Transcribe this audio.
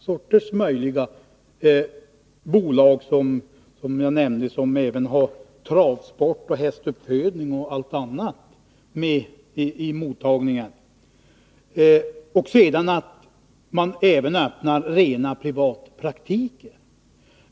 För den verksamheten står, som jag nämnde, alla möjliga slags bolag, som även ägnar sig åt travsport, hästuppfödning och mycket annat. Man öppnar också rena privatpraktiker.